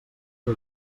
que